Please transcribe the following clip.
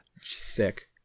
Sick